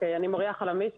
אני מוריה חלמיש,